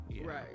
Right